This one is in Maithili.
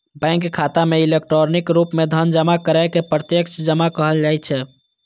बैंक खाता मे इलेक्ट्रॉनिक रूप मे धन जमा करै के प्रत्यक्ष जमा कहल जाइ छै